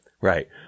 Right